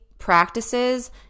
Practices